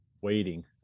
waiting